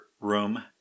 room